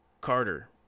Carter